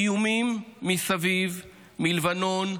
איומים מסביב, מלבנון,